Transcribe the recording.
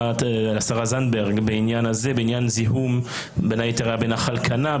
לשרה זנדברג בעניין זיהום שהיה בין היתר בנחל קנה,